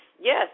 Yes